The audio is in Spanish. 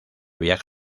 viaja